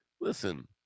listen